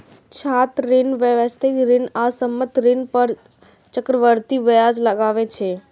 छात्र ऋण, व्यक्तिगत ऋण आ बंधक ऋण पर चक्रवृद्धि ब्याज लागै छै